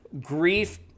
grief